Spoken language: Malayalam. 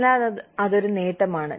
അതിനാൽ അത് ഒരു നേട്ടമാണ്